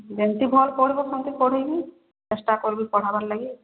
ଯେମିତି ଭଲ୍ ପଢ଼ିବ ସେମ୍ତି ପଢ଼େଇବି ଛେଷ୍ଟା କରିବି ପଢ଼ାବାର୍ ଲାଗି